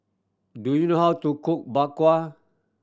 do you know how to cook Bak Kwa